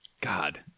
God